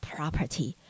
Property